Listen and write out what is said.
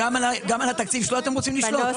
גם על התקציב הזה אתם רוצים לשלוט?